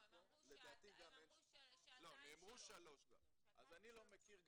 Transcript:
גם שעתיים אני לא מכיר.